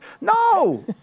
No